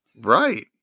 Right